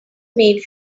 made